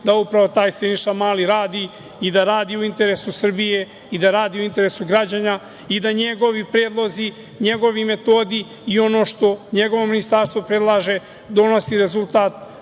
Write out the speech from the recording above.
da upravo taj Siniša Mali radi i da radi u interesu Srbije i da radi u interesu građana i da njegovi predlozi, njegovi metodi i ono što njegovo ministarstvo predlaže, donosi rezultat,